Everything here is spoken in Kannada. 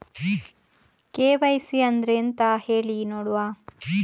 ಕೆ.ವೈ.ಸಿ ಅಂದ್ರೆ ಎಂತ ಹೇಳಿ ನೋಡುವ?